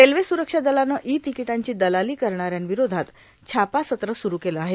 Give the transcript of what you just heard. railway सुरक्षा दलानं e तिकीटांची दलाली करणाऱ्यांविरोधात छापासत्र सुरू केलं आहे